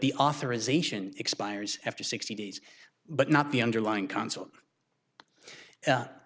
the authorization expires after sixty days but not the underlying consul y